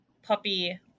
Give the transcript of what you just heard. puppy